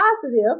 positive